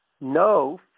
No